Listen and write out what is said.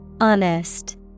Honest